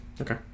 Okay